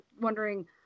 wondering